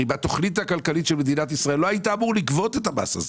הרי בתוכנית הכלכלית של מדינת ישראל לא היית אמור לגבות את המס הזה,